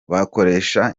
bakoresha